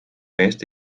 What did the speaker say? meest